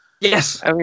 Yes